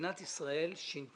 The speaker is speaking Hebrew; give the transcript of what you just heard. מדינת ישראל שינתה